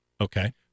Okay